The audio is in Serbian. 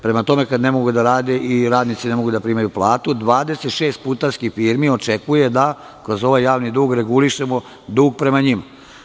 Prema tome, kada ne mogu da rade i radnici ne mogu da primaju platu, 26 puta putarskih firmi očekuje da kroz ovaj javni dug regulišemo dug prema njima.